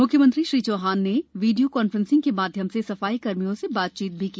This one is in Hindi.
मुख्यमंत्री श्री चौहान ने वीडियो कान्फ्रेंसिंग के माध्यम से सफाई कर्मियों से बातचीत भी की